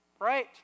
right